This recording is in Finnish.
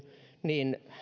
niin